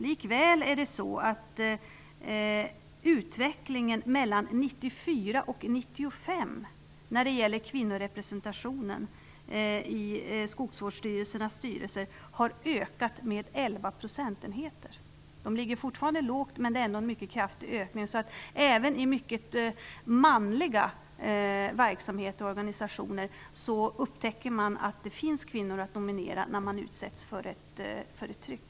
Likväl har kvinnorepresentationen i skogsvårdsstyrelsernas styrelser mellan 1994 och 1995 ökat med 11 procentenheter. Kvinnorepresentationen är fortfarande låg, men det är ändå fråga om en mycket kraftig ökning. Så även i mycket manliga verksamheter och organisationer upptäcker man att det finns kvinnor att nominera när man utsätts för tryck.